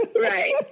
Right